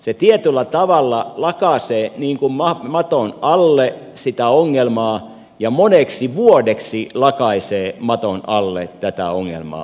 se tietyllä tavalla lakaisee maton alle sitä ongelmaa moneksi vuodeksi lakaisee maton alle tätä ongelmaa